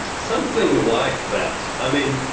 something like that. i mean,